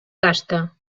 gasta